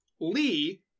Lee